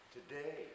Today